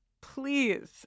please